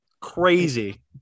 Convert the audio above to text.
Crazy